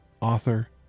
author